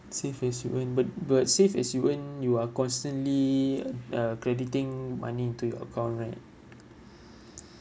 save as you earn but but save as you earn you are constantly um uh crediting money into your account right